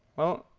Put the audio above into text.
well,